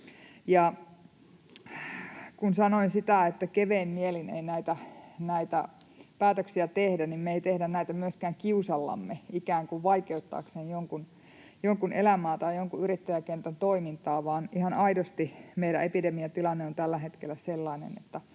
Kun sanoin sitä, että kevein mielin ei näitä päätöksiä tehdä, niin me ei tehdä näitä myöskään kiusallamme ikään kuin vaikeuttaaksemme jonkun elämää tai jonkun yrittäjäkentän toimintaa, vaan ihan aidosti meidän epidemiatilanne on tällä hetkellä sellainen,